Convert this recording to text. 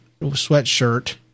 sweatshirt